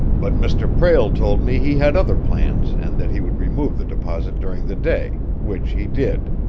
but mr. prale told me he had other plans and that he would remove the deposit during the day, which he did.